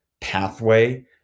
pathway